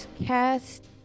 cast